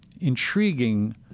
intriguing